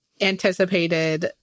anticipated